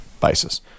basis